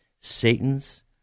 Satan's